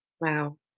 Wow